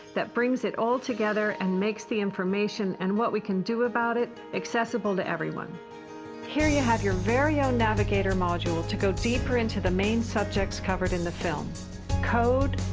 that brings it all together and makes the information and what we can do about it, acessible to everyone here you have your very own navigator module to go deeper in to the main subjects covered in this film code,